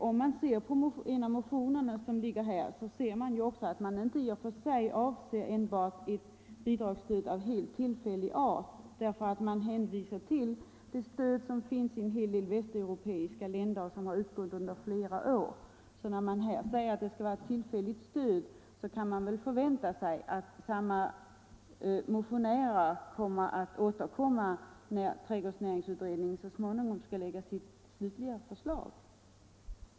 Om man läser en av motionerna finner man att motionärerna inte i och för sig avser ett bidragsstöd av helt tillfällig art, för motionärerna hänvisar bl.a. till det stöd till trädgårdsnäringen som finns i en hel del västeuropeiska länder och som har utgått under flera år. Även om det nu sägs att det är fråga om ett tillfälligt stöd kan man väl förvänta sig att samma motionärer återkommer när trädgårdsnäringsutredningen så småningom skall lägga fram sitt slutliga förslag.